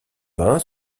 vin